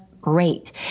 great